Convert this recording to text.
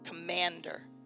Commander